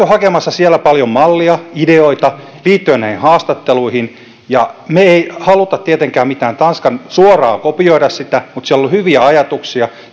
hakemassa sieltä paljon mallia ideoita liittyen näihin haastatteluihin emmekä me halua tietenkään suoraan kopioida mitään tanskan mallia mutta siellä on hyviä ajatuksia